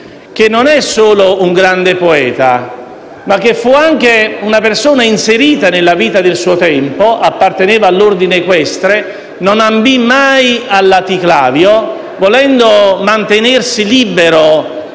che fu non solo un grande poeta, ma anche una persona inserita nella vita del suo tempo: apparteneva all'ordine equestre, ma non ambì mai al laticlavio, volendo mantenersi libero